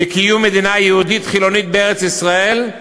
שקיום מדינה יהודית חילונית בארץ-ישראל הוא